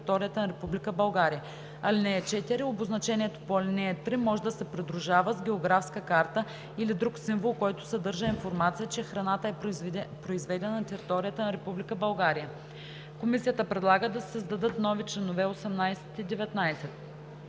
Комисията предлага да се създадат нови чл. 18 и 19: